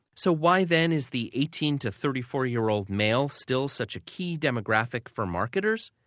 so why then is the eighteen to thirty four year old male still such a key demographic for marketers?